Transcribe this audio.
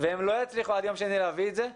והם לא יצליחו עד יום שני להביא את זה,